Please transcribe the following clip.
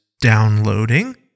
downloading